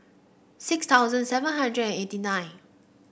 six thousand seven hundred and eighty nine